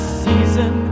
season